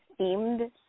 themed